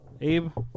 Abe